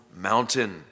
mountain